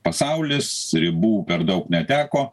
pasaulis ribų per daug neteko